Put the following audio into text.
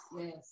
yes